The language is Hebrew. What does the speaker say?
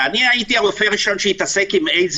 אבל אין לנו את המקורי.